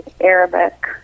Arabic